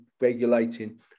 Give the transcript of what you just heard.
regulating